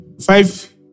Five